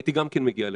הייתי גם כן מגיע לפה,